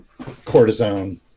cortisone